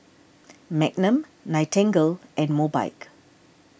Magnum Nightingale and Mobike